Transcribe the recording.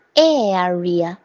area